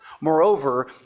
Moreover